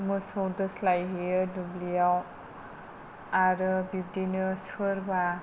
मोसौ दोस्लायहैयो दुब्लियाव आरो बिब्दिनो सोरबा